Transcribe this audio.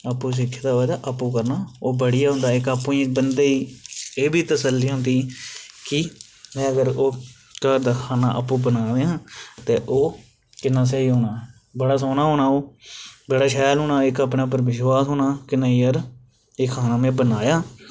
आपूं सिक्खे दा होऐ ते आपूं करना ओह् बढ़िया होंदा ऐ इक्क आपूं बंदे गी एह् बी तसल्ली होंदी कि में अगर घर दा खाना आपूं बना दे आं ते ओह् किन्ना स्हेई होना बड़ा सौह्ना होना ओह् बड़ा शैल होना इक्क अपने पर विश्वास होना केह् नेईं यार एह् खाना में बनाया